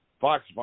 Fox